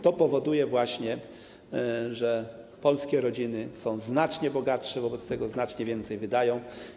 To powoduje właśnie, że polskie rodziny są znacznie bogatsze, wobec czego znacznie więcej wydają.